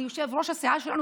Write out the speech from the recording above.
על יושב-ראש הסיעה שלנו,